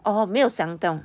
orh 没有想到